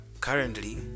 currently